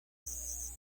دادند